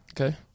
Okay